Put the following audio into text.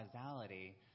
causality